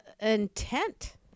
intent